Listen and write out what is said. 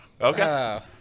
Okay